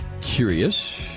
curious